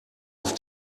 auf